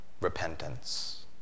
repentance